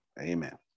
Amen